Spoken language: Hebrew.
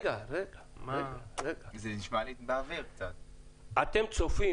--- אתם צופים